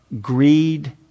greed